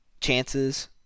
chances